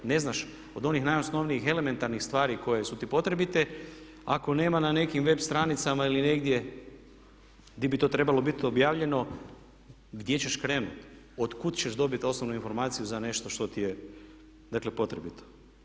Ne znam od onih najosnovnijih elementarnih stvari koje su ti potrebite ako nema na nekim web stranicama ili negdje gdje bi to trebalo biti objavljeno gdje ćeš krenuti, otkuda ćeš dobiti osnovnu informaciju za nešto što ti je dakle potrebito.